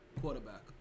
Quarterback